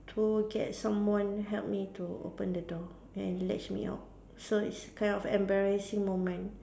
to get someone help me to open the door and lets me out so it's kind of embarrassing moment